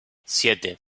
siete